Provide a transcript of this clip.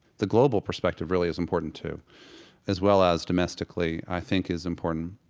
the global perspective really is important too as well as domestically, i think is important